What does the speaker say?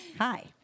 hi